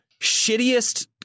shittiest